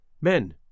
men